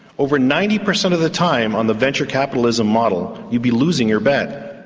over ninety percent of the time on the venture capitalist model you'd be losing your bet.